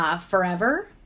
Forever